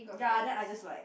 ya then I just like